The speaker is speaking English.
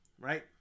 Right